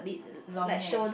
long hair